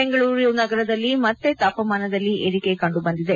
ಬೆಂಗಳೂರು ನಗರದಲ್ಲಿ ಮತ್ತೆ ತಾಪಮಾನದಲ್ಲಿ ಏರಿಕೆ ಕಂಡು ಬಂದಿದೆ